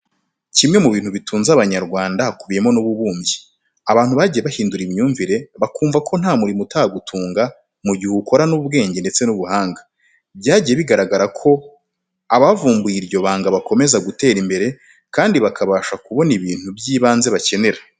Kimwe mu bintu bitunze Abanyarwanda, hakubiyemo n'ububumbyi. Abantu bagiye bahindura imyumvire bakumva ko nta mwuga utagutunga mu gihe uwukorana ubwenge ndetse n'ubuhanga. Byagiye bigaragara ko abavumbuye iryo banga bakomeza gutera imbere, kandi bakabasha kubona ibintu by'ibanze bakenera.